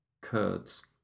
Kurds